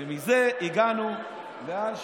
ומזה הגענו לאן שהגענו.